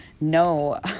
no